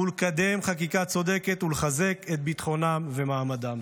לקדם חקיקה צודקת ולחזק את ביטחונם ואת מעמדם.